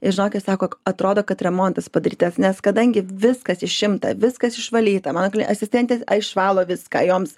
ir žinokit sako atrodo kad remontas padarytas nes kadangi viskas išimta viskas išvalyta mano asistentė išvalo viską joms